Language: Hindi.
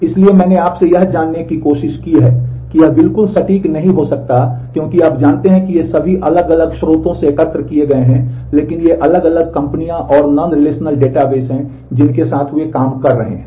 इसलिए मैंने आपसे यह जानने की कोशिश की है कि यह बिल्कुल सटीक नहीं हो सकता है क्योंकि आप जानते हैं कि ये सभी अलग अलग स्रोतों से एकत्र किए गए हैं लेकिन ये अलग अलग कंपनियां और नॉन रिलेशनल डेटाबेस हैं जिनके साथ वे काम कर रहे हैं